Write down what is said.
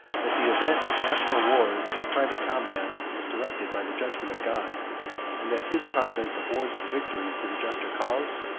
that the event of national wars, and private combats, is directed by the judgment of god and that his providence awards the victory to the juster cause?